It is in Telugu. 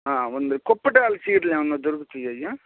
వంద కుప్పటాల చీరలు ఏమైనా దొరుకుతాయా